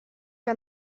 que